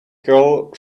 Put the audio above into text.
girl